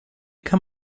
kann